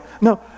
No